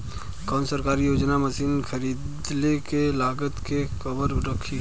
कौन सरकारी योजना मशीन खरीदले के लागत के कवर करीं?